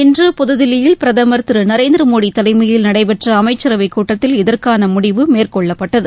இன்று புதுதில்லியில் பிரதமர் திரு நரேந்திர மோடி தலைமையில் நடைபெற்ற அமைச்சரவைக்கூட்டத்தில் இதற்கான முடிவு மேற்கொள்ளப்பட்டது